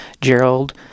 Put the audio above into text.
Gerald